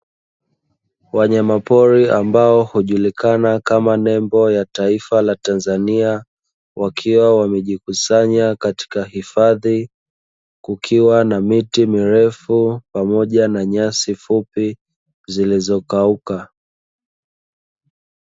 Wanyama pori ambao hujuilikana kama nembo ya taifa ya Tanzania, wakiwa wamejikusanya katika hifadhi, kukiwa na miti mirefu pamoja na nyasi fupi zilizokauka.